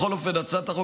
בכל אופן הצעת החוק